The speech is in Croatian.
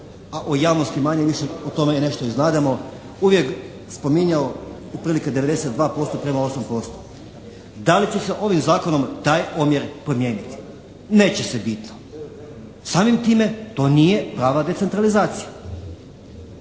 a u javnosti se manje-više nešto o tome znademo uvijek spominjao otprilike 92% prema 8%. Da li će se ovim zakonom taj omjer promijeniti? Neće se bitno. Samim time to nije prava decentralizacija.